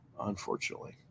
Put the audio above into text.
unfortunately